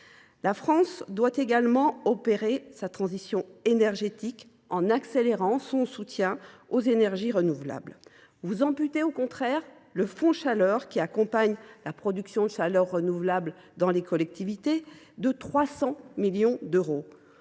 La France doit également opérer sa transition énergétique en accélérant son soutien aux énergies renouvelables. Or vous amputez le fonds Chaleur, qui accompagne la production de chaleur renouvelable dans les collectivités, de 300 millions d’euros.